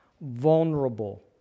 vulnerable